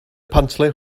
pantle